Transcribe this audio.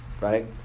right